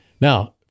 Now